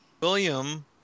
William